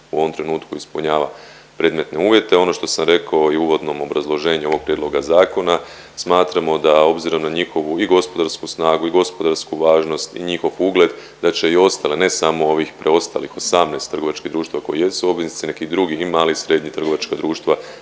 u ovom trenutku ispunjava predmetne uvjete. Ono što sam rekao i u uvodnom obrazloženju ovog prijedloga zakona, smatramo da obzirom na njihovu i gospodarsku snagu i gospodarsku važnost i njihov ugled, da će i ostale, ne samo ovih preostalih 18 trgovačkih društava koji jesu obveznice, neki drugi i mali i srednji trgovačka društva